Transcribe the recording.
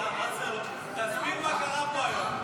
השר וסרלאוף, תסביר מה קרה פה היום.